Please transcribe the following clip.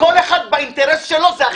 כל אחד האינטרס שלו זה הכי חשוב.